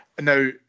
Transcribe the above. Now